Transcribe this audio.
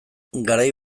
garai